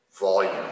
Volume